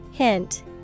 Hint